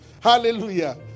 Hallelujah